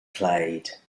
played